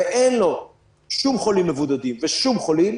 ואין לו שום חולים מבודדים ושום חולים,